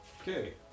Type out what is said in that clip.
Okay